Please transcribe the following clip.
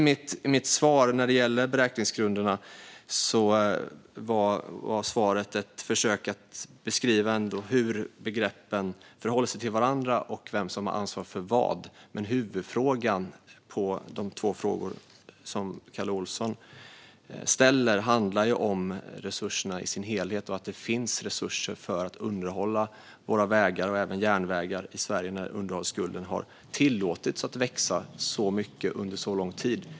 Mitt svar när det gäller beräkningsgrunderna var ett försök att beskriva hur begreppen förhåller sig till varandra och vem som har ansvar för vad. Men huvudfrågan i de två frågor som Kalle Olsson ställer handlar om resurserna i sin helhet och att det finns resurser för att underhålla våra vägar och även järnvägar i Sverige. Underhållsskulden har tillåtits växa så mycket under så lång tid.